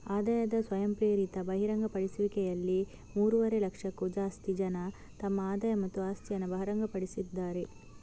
ಆದಾಯದ ಸ್ವಯಂಪ್ರೇರಿತ ಬಹಿರಂಗಪಡಿಸುವಿಕೆಯಲ್ಲಿ ಮೂರುವರೆ ಲಕ್ಷಕ್ಕೂ ಜಾಸ್ತಿ ಜನ ತಮ್ಮ ಆದಾಯ ಮತ್ತು ಆಸ್ತಿಯನ್ನ ಬಹಿರಂಗಪಡಿಸಿದ್ದಾರೆ